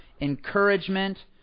encouragement